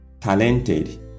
talented